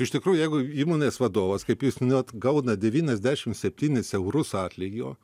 iš tikrųjų jeigu įmonės vadovas kaip jūs minėjot gauna devyniasdešimt septynis eurus atlygio